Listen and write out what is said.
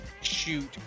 shoot